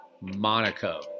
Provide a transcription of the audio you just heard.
Monaco